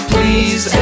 Please